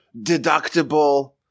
deductible